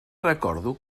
recordo